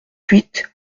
huit